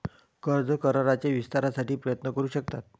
कर्ज कराराच्या विस्तारासाठी प्रयत्न करू शकतात